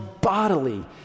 bodily